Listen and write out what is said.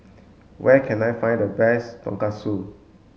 where can I find the best Tonkatsu